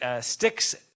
sticks